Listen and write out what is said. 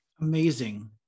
Amazing